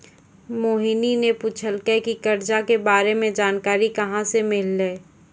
मोहिनी ने पूछलकै की करजा के बारे मे जानकारी कहाँ से मिल्हौं